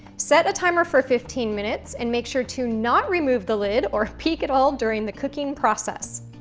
set a timer for fifteen minutes and make sure to not remove the lid or peek at all during the cooking process.